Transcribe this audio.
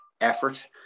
effort